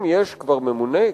אם כבר יש ממונה,